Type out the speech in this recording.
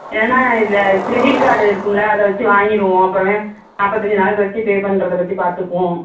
இல்லைன்னா இது credit card இருக்கும்ல அதை வச்சு வாங்கிவிடுவோம் அப்புறமே நாப்பத்தஞ்சு நாள் கழிச்சு பே பண்ணுறத பற்றி பார்த்துக்குவோம்